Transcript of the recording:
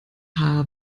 haar